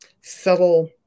subtle